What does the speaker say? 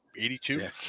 82